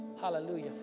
Hallelujah